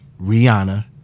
Rihanna